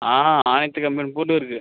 ஆ அனைத்து கம்பெனி பொருளும் இருக்கு